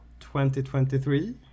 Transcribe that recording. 2023